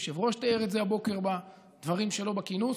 היושב-ראש תיאר את זה הבוקר בדברים שלו בכינוס.